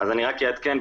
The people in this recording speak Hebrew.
אני רק אעדכן.